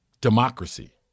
democracy